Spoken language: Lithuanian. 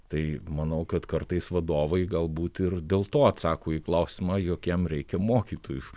tai manau kad kartais vadovai galbūt ir dėl to atsako į klausimą jog jam reikia mokytojų